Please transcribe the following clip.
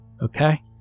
okay